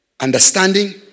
Understanding